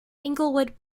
inglewood